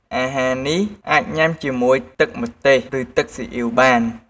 អាហារនេះអាចញ៉ាំជាមួយទឹកម្ទេសឬទឹកស៊ីអ៉ីវបាន។